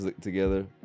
together